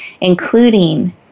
including